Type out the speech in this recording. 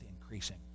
increasing